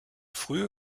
frühe